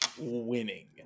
winning